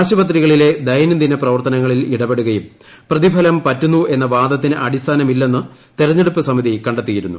ആശുപത്രികളിലെ ദൈനംദിന പ്രവർത്തനങ്ങളിൽ ഇടപെടുകയും പ്രതിഫലം പറ്റുന്നു എന്ന വാദത്തിന് അടിസ്ഥാനമില്ലെന്ന് തിരഞ്ഞെടുപ്പ് സമിതി കണ്ടെത്തിയിരുന്നു